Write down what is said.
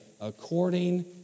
According